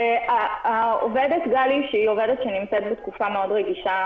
העובדת גלי, שנמצאת בתקופה מאוד רגישה